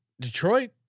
Detroit